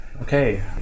okay